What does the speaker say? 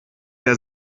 der